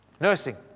Nursing